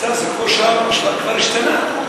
הסטטוס-קוו שם כבר השתנה.